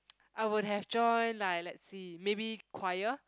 I would have joined like let's see maybe choir